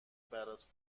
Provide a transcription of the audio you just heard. برات